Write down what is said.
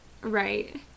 right